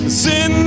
sin